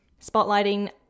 Spotlighting